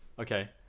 okay